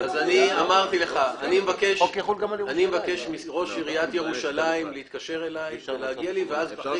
אני מבקש מראש עיריית ירושלים להתקשר אלי ואז אחרי